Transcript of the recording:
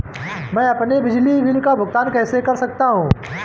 मैं अपने बिजली बिल का भुगतान कैसे कर सकता हूँ?